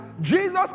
Jesus